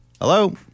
Hello